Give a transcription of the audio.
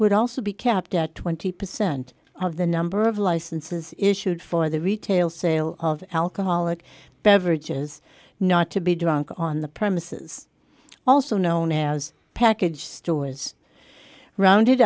would also be capped at twenty percent of the number of licenses issued for the retail sale of alcoholic beverages not to be drunk on the premises also known as package stores rounded